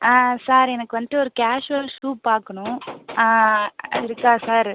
ஆ sir எனக்கு வந்துட்டு ஒரு கேஷ்வல் ஷூ பார்க்கணும் இருக்கா சார்